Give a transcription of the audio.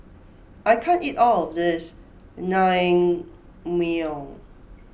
I can't eat all of this Naengmyeon